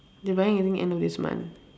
they buying end end of this month